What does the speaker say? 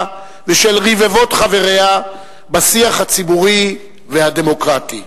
ושל רבבות חבריה בשיח הציבורי והדמוקרטי.